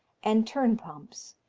and turnpumps,